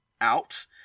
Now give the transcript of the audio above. out